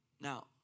Now